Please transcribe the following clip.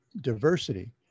diversity